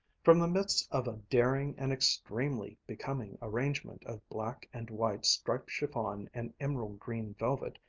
from the midst of a daring and extremely becoming arrangement of black and white striped chiffon and emerald-green velvet,